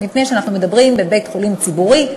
מפני שאנחנו מדברים על בית-חולים ציבורי,